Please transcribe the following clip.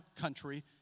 country